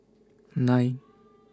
nine